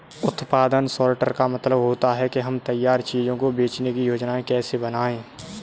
उत्पादन सॉर्टर का मतलब होता है कि हम तैयार चीजों को बेचने की योजनाएं कैसे बनाएं